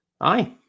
Aye